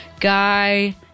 Guy